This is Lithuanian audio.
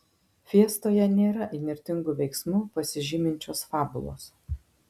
fiestoje nėra įnirtingu veiksmu pasižyminčios fabulos